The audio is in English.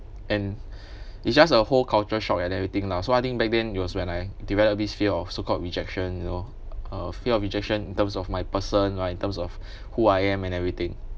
and it's just a whole culture shock and everything lah so I think back then it was when I develop this fear of so called rejection you know uh fear of rejection in terms of my person alright in terms of who I am and everything